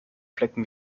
flecken